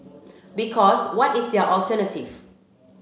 because what is their alternative